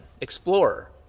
explorer